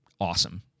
awesome